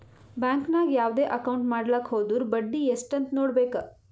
bank ನಾಗ್ ಯಾವ್ದೇ account ಮಾಡ್ಲಾಕ ಹೊದುರ್ ಬಡ್ಡಿ ಎಸ್ಟ್ ಅಂತ್ ನೊಡ್ಬೇಕ